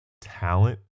talent